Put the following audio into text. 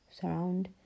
surround